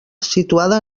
situada